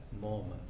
moment